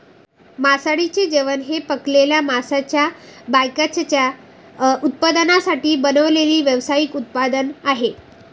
मासळीचे जेवण हे पकडलेल्या माशांच्या बायकॅचच्या उत्पादनांपासून बनवलेले व्यावसायिक उत्पादन आहे